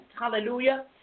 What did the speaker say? Hallelujah